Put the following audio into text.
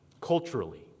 culturally